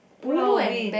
Pulau-Ubin